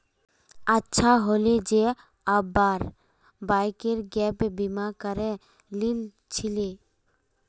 अच्छा हले जे अब्बार बाइकेर गैप बीमा करे लिल छिले